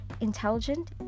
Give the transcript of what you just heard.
intelligent